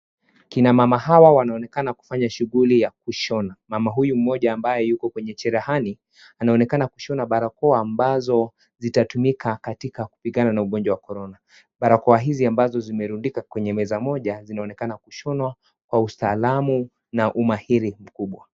Kina mama hawa wanaonekana kufanya shughuli ya kushona. Mama huyu mmoja ambaye Yuko kwenye cherehani anaonekana kushona barakoa ambazo zitatumika katika kupigana na ugonjwa wa corona. Barakoa hizi ambazo zimerundika kwenye meza moja zinaonekana kushonwa kwa ustaalamu na umahiri mkubwa.